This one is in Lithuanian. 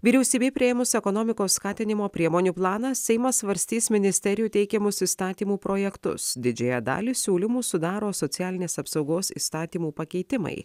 vyriausybei priėmus ekonomikos skatinimo priemonių planą seimas svarstys ministerijų teikiamus įstatymų projektus didžiąją dalį siūlymų sudaro socialinės apsaugos įstatymų pakeitimai